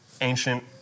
ancient